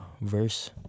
verse